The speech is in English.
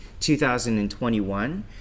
2021